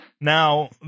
Now